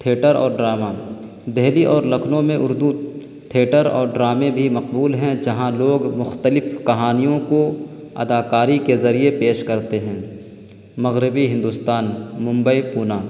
theatre اور drama Delhi اور لکھنؤ میں اردو تھیٹر اور ڈرامے بھی مقبول ہیں جہاں لوگ مختلف کہانیوں کو اداکاری کے ذریعے پیش کرتے ہیں مغربی ہندوستان ممبئی پونہ